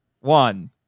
one